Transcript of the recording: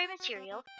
material